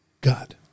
God